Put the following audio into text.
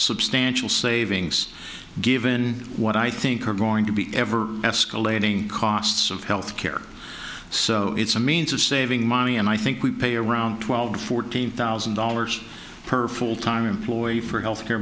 substantial savings given what i think are going to be ever escalating costs of health care so it's a means of saving money and i think we pay around twelve fourteen thousand dollars per full time employee for health care